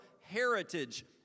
heritage